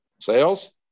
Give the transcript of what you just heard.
Sales